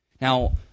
Now